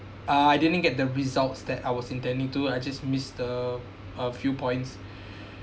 uh I didn't get the results that I was intending to I just miss the a few points